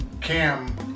cam